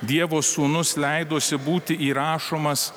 dievo sūnus leidosi būti įrašomas